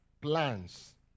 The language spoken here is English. Plans